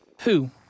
Who